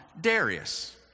Darius